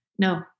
no